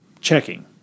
checking